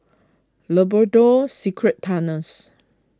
Labrador Secret Tunnels